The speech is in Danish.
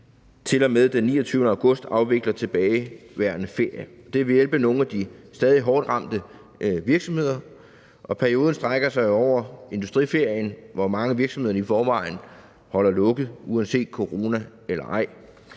til og med den 29. august, afvikler tilbageværende ferie. Det vil hjælpe nogle af de stadig hårdt ramte virksomheder, og perioden strækker sig jo over industriferien, hvor mange af virksomhederne i forvejen holder lukket uanset corona eller ej.